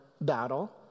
battle